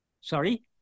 Sorry